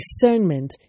discernment